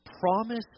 promise